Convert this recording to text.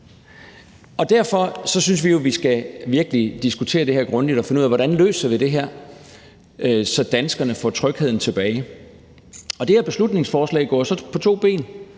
Derfor synes vi jo, at vi virkelig skal diskutere det her grundigt og finde ud af, hvordan vi løser det, så danskerne får trygheden tilbage. Det her beslutningsforslag går jo på to ben.